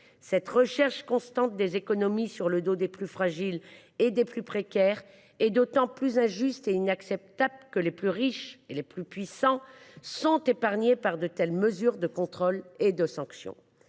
Cette recherche constante des économies sur le dos des plus fragiles et des plus précaires est d’autant plus injuste et inacceptable que les plus riches et les plus puissants sont épargnés par de telles mesures de contrôle et de telles sanctions.